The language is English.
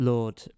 Lord